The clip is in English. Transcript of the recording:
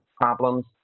problems